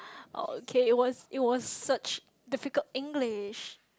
oh okay it was it was such difficult English